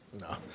No